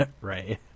Right